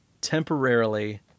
temporarily